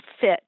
fit